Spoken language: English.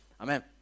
Amen